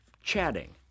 chatting